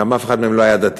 גם אף אחד מהם לא היה דתי.